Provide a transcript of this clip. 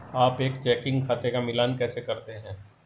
आप एक चेकिंग खाते का मिलान कैसे करते हैं?